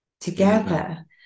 together